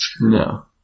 No